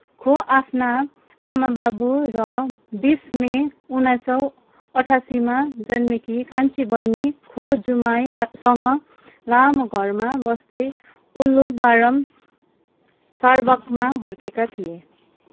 खो आफ्ना आमा बाबु र बिस मई उन्नाइस सय अठासीमा जन्मिएकी कान्छी बहिनी खो जुमाईसँग लामो घरमा बस्दै उलुबारम सारवाक्मा हुर्किएका थिए